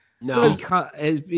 No